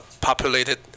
populated